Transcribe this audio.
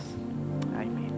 Amen